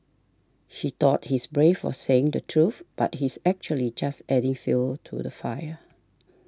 he thought he's brave for saying the truth but he's actually just adding fuel to the fire